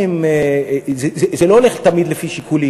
זה לא הולך תמיד לפי שיקולים.